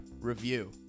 review